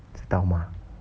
知道吗